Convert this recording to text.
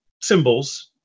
symbols